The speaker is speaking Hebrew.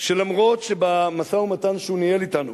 שלמרות שבמשא-ומתן שהוא ניהל אתנו,